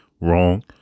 Wrong